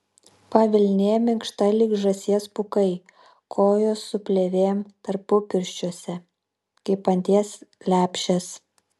pavilnė minkšta lyg žąsies pūkai kojos su plėvėm tarpupirščiuose kaip anties lepšės